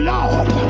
Lord